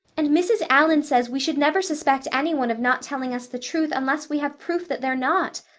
and mrs. allan says we should never suspect anyone of not telling us the truth unless we have proof that they're not.